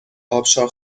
ابشار